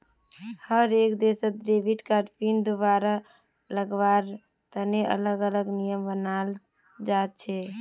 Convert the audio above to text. हर एक देशत debit card pin दुबारा लगावार तने अलग अलग नियम बनाल जा छे